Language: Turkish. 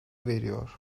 veriyor